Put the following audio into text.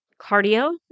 Cardio